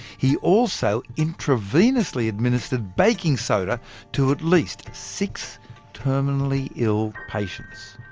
he also intravenously administered baking soda to at least six terminally ill patients.